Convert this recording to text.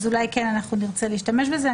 אולי כן נרצה להשתמש בזה.